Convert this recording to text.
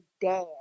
dad